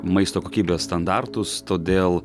maisto kokybės standartus todėl